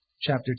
Chapter